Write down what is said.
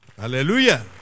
Hallelujah